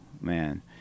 man